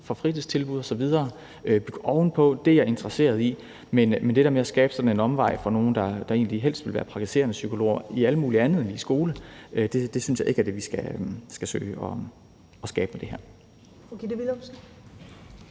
for fritidstilbud osv., bygge ovenpå er jeg interesseret i at støtte, men det der med at skabe sådan en omvej for nogle, der egentlig helst vil være praktiserende psykologer i alt muligt andet end i skolen, synes jeg ikke er det, vi skal søge at skabe med det her.